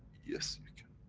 yes, you can.